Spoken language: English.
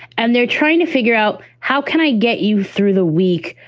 and they're trying to figure out how can i get you through the week?